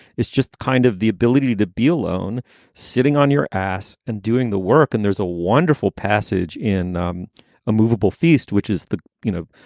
it's just kind of the ability to be alone sitting on your ass and doing the work. and there's a wonderful passage in um a moveable feast, which is the, you know,